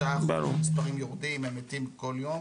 אחוז, המספרים יורדים, הם מתים כל יום,